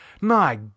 My